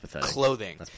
clothing